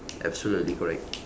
absolutely correct